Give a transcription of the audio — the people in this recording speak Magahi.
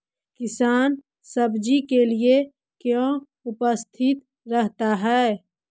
किसान सब्जी के लिए क्यों उपस्थित रहता है?